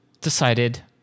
decided